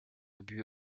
buts